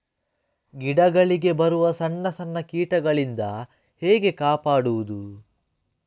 ಗಿಡಗಳಿಗೆ ಬರುವ ಸಣ್ಣ ಸಣ್ಣ ಕೀಟಗಳಿಂದ ಹೇಗೆ ಕಾಪಾಡುವುದು?